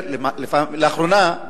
לאחרונה,